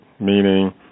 Meaning